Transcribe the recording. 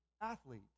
athlete